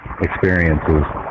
Experiences